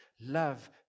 love